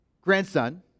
grandson